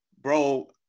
bro